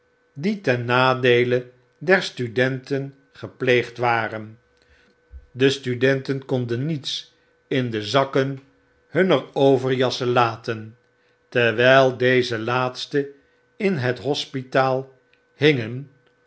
die ten nadeele der studenten gepleegd waren de studenten konden niets in de zakken hunner overjassen laten terwyl deze laatste in het hospitaal hingen